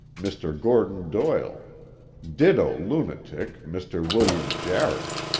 mr. gordon doyle ditto lunatic, mr. william jarrett.